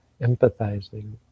empathizing